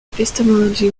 epistemology